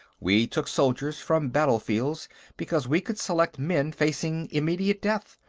we took soldiers from battlefields because we could select men facing immediate death,